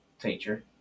teacher